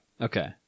okay